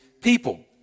people